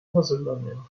hazırlanıyor